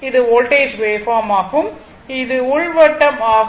இது voltage waveform ஆகும் இது உள் வட்டம் ஆகும்